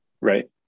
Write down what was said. right